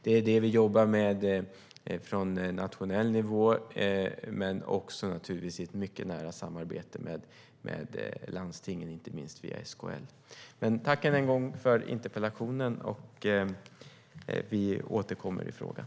Det är det vi jobbar med på nationell nivå men också i mycket nära samarbete med landstingen, inte minst via SKL. Tack än en gång för interpellationen, Barbro Westerholm! Vi återkommer i frågan.